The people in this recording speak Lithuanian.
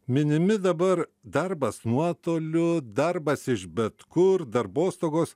minimi dabar darbas nuotoliu darbas iš bet kur darbostogos